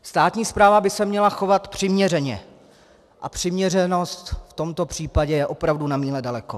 Státní správa by se měla chovat přiměřeně a přiměřenost v tomto případě je opravdu na míle daleko.